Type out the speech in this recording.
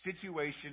situation